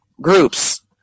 groups